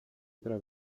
otra